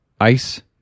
ice